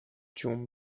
جون